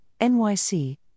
NYC